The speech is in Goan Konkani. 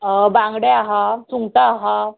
बांगडे आहा सुंगटां आहा